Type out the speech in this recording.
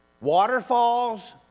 waterfalls